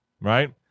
right